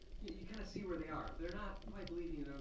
you kind of see where they are. if they're not quite believing you, they're